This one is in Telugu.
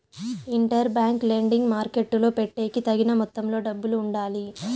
ఇంటర్ బ్యాంక్ లెండింగ్ మార్కెట్టులో పెట్టేకి తగిన మొత్తంలో డబ్బులు ఉండాలి